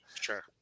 Sure